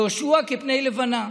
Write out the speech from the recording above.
יהושע "כפני לבנה",